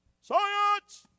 Science